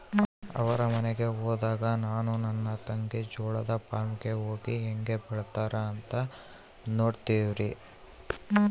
ಅವರ ಮನೆಗೆ ಹೋದಾಗ ನಾನು ನನ್ನ ತಂಗಿ ಜೋಳದ ಫಾರ್ಮ್ ಗೆ ಹೋಗಿ ಹೇಂಗೆ ಬೆಳೆತ್ತಾರ ಅಂತ ನೋಡ್ತಿರ್ತಿವಿ